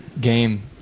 game